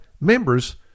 members